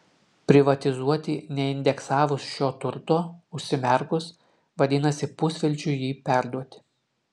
privatizuoti neindeksavus šio turto užsimerkus vadinasi pusvelčiui jį perduoti